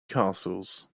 castles